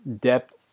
depth